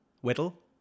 Whittle